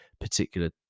particular